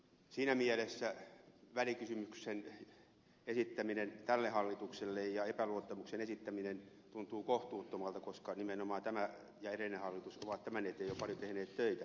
siinä mielessä välikysymyksen ja epäluottamuksen esittäminen tälle hallitukselle tuntuu kohtuuttomalta koska nimenomaan tämä ja edellinen hallitus ovat tämän eteen jo paljon tehneet töitä